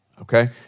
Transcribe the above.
okay